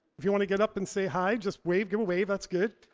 if you want to get up and say hi, just wave, give a wave, that's good.